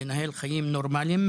לנהל חיים נורמליים,